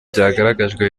byagaragajwe